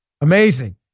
Amazing